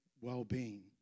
well-being